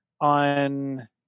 on